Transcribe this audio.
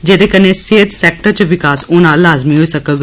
जेह्दे कन्नै सेहत सैक्ट्री च विकास होना लाजमी होई सकौग